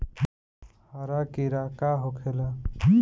हरा कीड़ा का होखे ला?